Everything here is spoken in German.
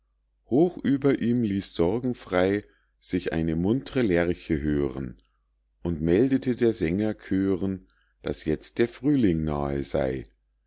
hoch über ihm ließ sorgenfrei sich eine muntre lerche hören und meldete der sänger chören daß jetzt der frühling nahe sey